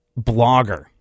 blogger